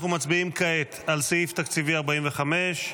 אנחנו מצביעים כעת על סעיף תקציבי 45,